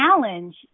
challenge